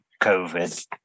COVID